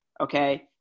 okay